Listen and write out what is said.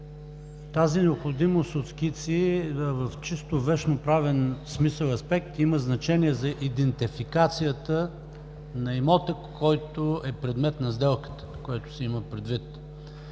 Тази необходимост от скици в чисто вещно-правен смисъл и аспект има значение за идентификацията на имота, който е предмет на сделката, което се има предвид.